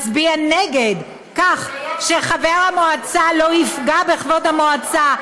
מצביע נגד כך שחבר המועצה לא יפגע בכבוד המועצה.